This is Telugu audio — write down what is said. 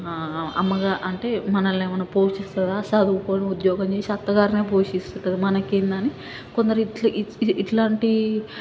అమ్మగా అంటే మనల్ని ఏమన్నా పోషిస్తుందా సదువుకోని ఉద్యోగం చేసే అత్తగారినే పోషిస్తుంది కదా మనకేందని కొందరు ఇట్ల ఇ ఇట్లాంటి